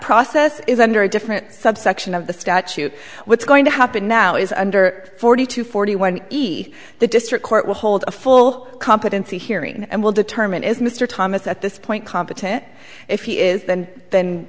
process is under a different subsection of the statute what's going to happen now is under forty two forty one either district court will hold a full competency hearing and will determine is mr thomas at this point competent if he is and then